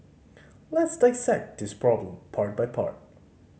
let's dissect this problem part by part